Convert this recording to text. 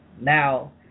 now